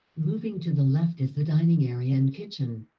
moving to the left is the dining area and kitchen.